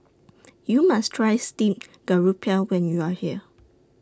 YOU must Try Steamed Garoupa when YOU Are here